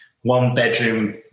one-bedroom